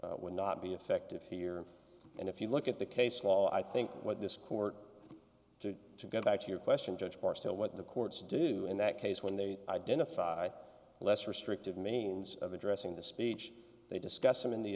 would not be effective here and if you look at the case law i think what this court to to go back to your question judge of course what the courts do in that case when they identify less restrictive means of addressing the speech they discuss them in the